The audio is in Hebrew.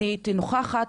אני הייתי נוכחת,